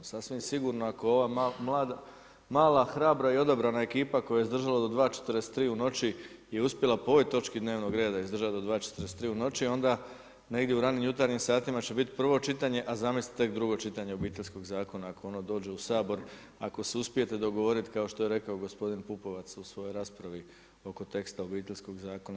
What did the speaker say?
Sasvim sigurno ako ova mala, hrabra i odabrana ekipa koja je izdržala do 2,43 u noći je uspjela po ovoj točki dnevnog reda izdržati do 2,43 u noći, onda negdje u ranim jutarnjim satima će bit prvo čitanje, a zamisli tek' drugo čitanje Obiteljskog zakona ako ono dođe u Sabor, ako se uspijete dogovoriti kao što je rekao gospodin Pupovac u svojoj raspravi oko tekst Obiteljskog zakona.